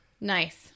Nice